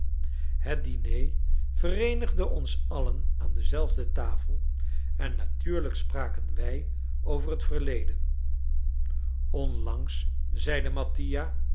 het diné vereenigde ons allen aan dezelfde tafel en natuurlijk spraken wij over het verleden onlangs zeide mattia